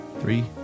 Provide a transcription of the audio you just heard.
Three